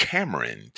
Cameron